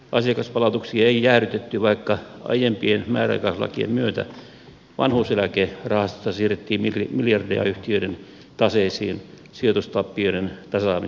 asiakaspalautuksia ei jäädytetty vaikka aiempien määräaikaislakien myötä vanhuuseläkerahastosta siirrettiin miljardeja yhtiöiden taseisiin sijoitustappioiden tasaamiseksi